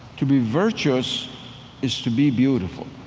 to be virtuous is to be beautiful.